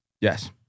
Yes